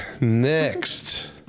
Next